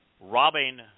robbing